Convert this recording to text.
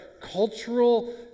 cultural